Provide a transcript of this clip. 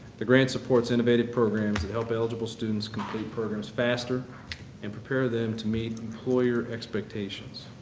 the grant supports innovative programs that help eligible students complete programs faster and prepare them to meet employer expectations.